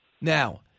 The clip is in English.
Now